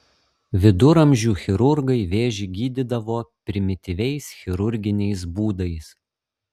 viduramžių chirurgai vėžį gydydavo primityviais chirurginiais būdais